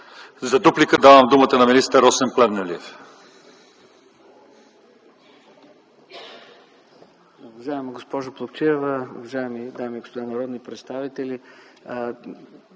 За дуплика давам думата на министър Росен Плевнелиев.